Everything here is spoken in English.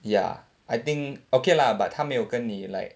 ya I think okay lah but 她没有跟你 like